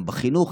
גם בחינוך,